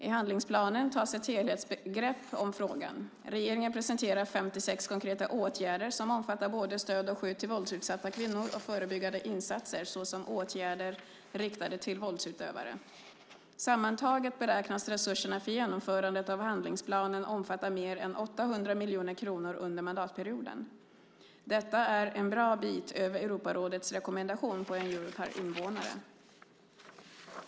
I handlingsplanen tas ett helhetsgrepp om frågan. Regeringen presenterar 56 konkreta åtgärder som omfattar både stöd till och skydd av våldsutsatta kvinnor och förebyggande insatser såsom åtgärder riktade till våldsutövare. Sammantaget beräknas resurserna för genomförandet av handlingsplanen omfatta mer än 800 miljoner kronor under mandatperioden. Detta är en bra bit över Europarådets rekommendation på 1 euro per invånare.